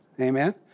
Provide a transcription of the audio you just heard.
Amen